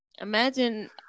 Imagine